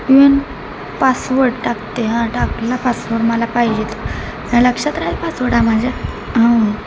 you एन password टाकते हा टाकला पासवर्ड मला पाहिजे तो माझ्या लक्षात राहील पासवर्ड हा माझ्या हां